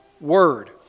word